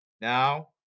Now